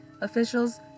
officials